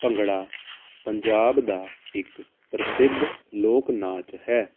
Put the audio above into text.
ਭੰਗੜਾ ਪੰਜਾਬ ਦਾ ਇੱਕ ਪ੍ਰਸਿੱਧ ਲੋਕ ਨਾਚ ਹੈ